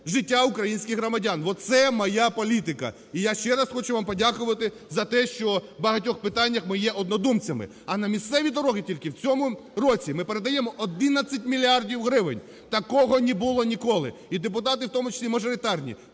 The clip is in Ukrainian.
життя українських громадян, оце моя політика. І я ще раз хочу вам подякувати за те, що в багатьох питаннях ми є однодумцями, а на місцеві дороги тільки в цьому році ми передаємо 11 мільярдів гривень, такого не було ніколи. І депутати, в тому числі мажоритарні,